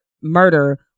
murder